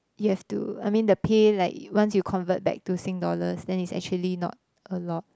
you have to I mean the pay like once you convert back to sing dollars then it's actually not a lot